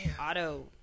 auto